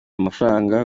amafaranga